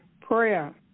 prayer